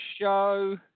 show